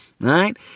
right